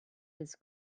his